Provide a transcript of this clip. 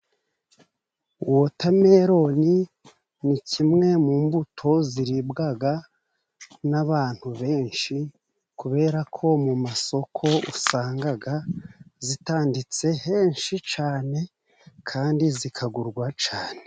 Wotameroni ni kimwe mu mbuto ziribwa n'abantu benshi, kubera ko mu ma soko usanga zitanditse henshi cyane kandi zikagurwa cyane.